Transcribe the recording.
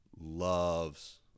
loves